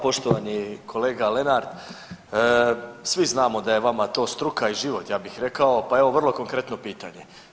Poštovani kolega Lenart, svi znamo da je vama to struka i život ja bih rekao, pa evo vrlo konkretno pitanje.